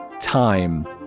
time